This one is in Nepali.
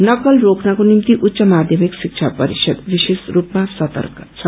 नकल रोक्नको निभ्स उच्च माध्यमिक शिक्षा परिषद विशेष स्रपमा सतर्क छ